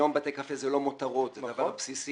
היום בתי קפה הם לא מותרות אלא זה דבר בסיסי.